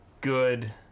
good